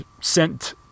sent